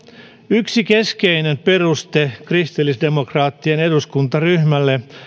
yksi keskeinen peruste kristillisdemokraattien eduskuntaryhmälle